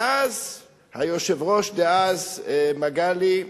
ואז היושב-ראש דאז, מגלי,